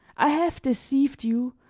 i have deceived you,